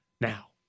Now